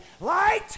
Light